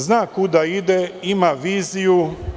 Zna kuda ide, ima viziju.